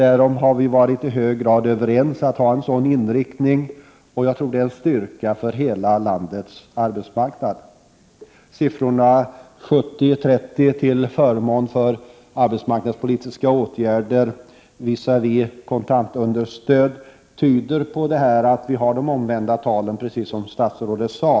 Vi har varit i hög grad överens om att ha en sådan inriktning, som jag tror är en styrka för hela landets arbetsmarknad. Siffrorna 70-30 till förmån för arbetsmarknadspolitiska åtgärder visavi kontantunderstöd betyder att vi har omvända tal jämfört med Europa i övrigt, precis som statsrådet sade.